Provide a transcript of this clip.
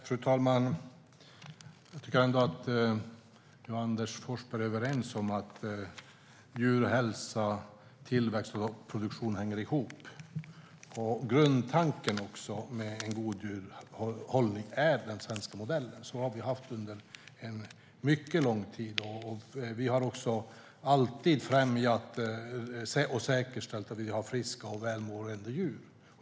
Fru talman! Jag tycker ändå att jag och Anders Forsberg är överens om att djurhälsa, tillväxt och produktion hänger ihop. Grundtanken med god djurhållning är den svenska modellen. Så har vi haft det under mycket lång tid. Vi har också alltid främjat och säkerställt att vi har friska och välmående djur.